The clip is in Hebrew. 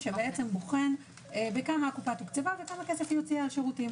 שבוחן בכמה הקופה תוקצבה וכמה כסף הוציאה על שירותים.